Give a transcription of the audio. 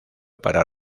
para